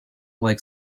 like